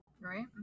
Right